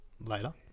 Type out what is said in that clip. later